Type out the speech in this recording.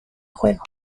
juego